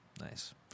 Nice